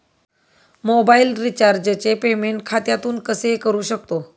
Mobile रिचार्जचे payment खात्यातून कसे करू शकतो?